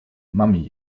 mami